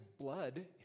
blood